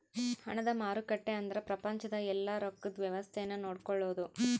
ಹಣದ ಮಾರುಕಟ್ಟೆ ಅಂದ್ರ ಪ್ರಪಂಚದ ಯೆಲ್ಲ ರೊಕ್ಕದ್ ವ್ಯವಸ್ತೆ ನ ನೋಡ್ಕೊಳೋದು